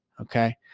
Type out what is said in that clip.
Okay